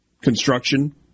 construction